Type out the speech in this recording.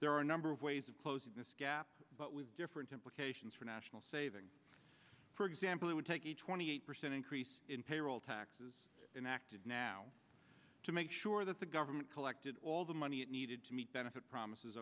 there are a number of ways of closing this gap but with different implications for national savings for example it would take a twenty eight percent increase in payroll taxes in acted now to make sure that the government collected all the money it needed to meet benefit promises